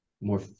more